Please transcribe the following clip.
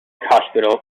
hospital